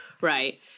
Right